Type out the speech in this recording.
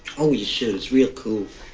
oh, you should. it's real cool.